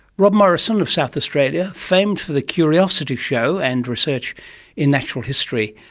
rob morrison of south australia, famed for the curiosity show and research in natural history,